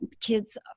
kids